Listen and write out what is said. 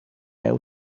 heu